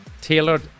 tailored